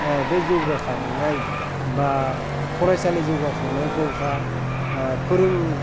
बे जाैगाखांनाय बा फरायसालि जाैगाखांनायखाै बा फोरों